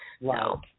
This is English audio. Wow